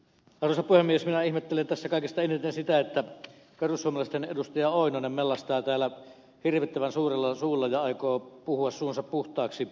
minä ihmettelen tässä kaikista eniten sitä että perussuomalaisten edustaja pentti oinonen mellastaa täällä hirvittävän suurella suulla ja aikoo puhua suunsa puhtaaksi